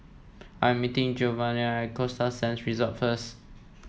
I'm meeting Jovanny at Costa Sands Resort first